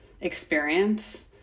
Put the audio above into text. experience